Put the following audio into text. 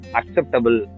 acceptable